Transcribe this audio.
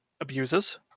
abusers